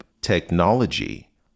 Technology